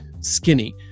skinny